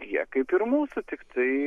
jie kaip ir mūsų tiktai